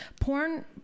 porn